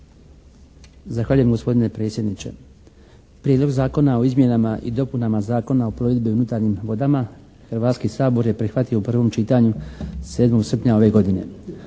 Zahvaljujem gospodine predsjedniče. Prijedlog zakona o izmjenama i dopunama Zakona o plovidbi unutarnjim vodama Hrvatski sabor je prihvatio u prvom čitanju 7. srpnja ove godine.